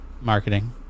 marketing